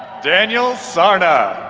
daniel sarna.